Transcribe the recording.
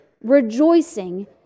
Rejoicing